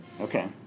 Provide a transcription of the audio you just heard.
Okay